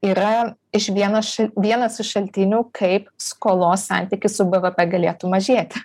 yra iš vienoš vienas iš šaltinių kaip skolos santykis su bevepe galėtų mažėti